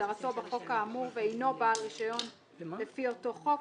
כהגדרתו בחוק האמור ואינו בעל רישיון לפי אותו חוק,